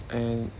and